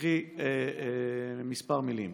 אקריא כמה מילים.